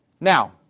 Now